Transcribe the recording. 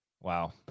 Wow